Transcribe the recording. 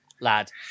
lad